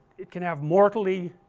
it can have mortally